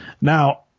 Now